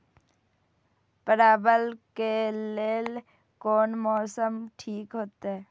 परवल के लेल कोन मौसम ठीक होते?